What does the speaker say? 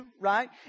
right